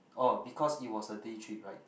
oh because it was a day trip right